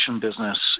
business